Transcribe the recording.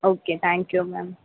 okay thank you ma'am